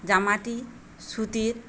জামাটি সুতির